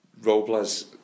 Robles